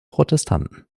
protestanten